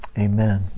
amen